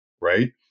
Right